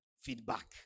feedback